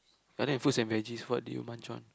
other than fruits and veggies what do you munch on